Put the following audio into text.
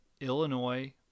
Illinois